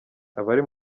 abari